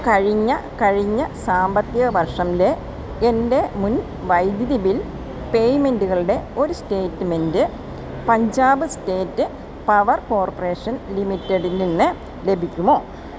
കഴിഞ്ഞ കഴിഞ്ഞ സാമ്പത്തിക വർഷത്തിലെ എൻ്റെ മുൻ വൈദ്യുതി ബിൽ പേയ്മെൻ്റുകളുടെ ഒരു statement Punjab state power corporation ലിമിറ്റഡിൽ നിന്ന് ലഭിക്കുമോ